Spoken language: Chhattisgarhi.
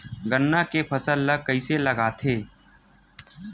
गन्ना के फसल ल कइसे लगाथे?